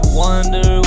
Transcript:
wonder